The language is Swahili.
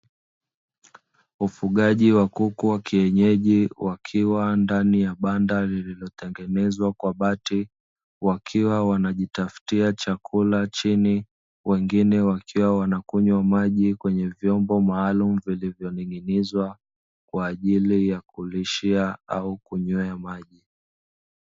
Ufugaji wa kuku wa kienyeji wakiwa ndani ya banda lililotengenezwa kwa bati, wakiwa wanajitafutia chakula chini wengine wakiwa wanakunywa maji kwenye vyombo maalumu vilivyoning'inizwa, kwa ajili ya kulishia au kunywea maji.